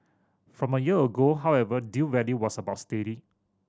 from a year ago however deal value was about steady